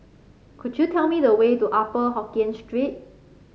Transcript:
could you tell me the way to Upper Hokkien Street